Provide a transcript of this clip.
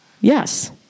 Yes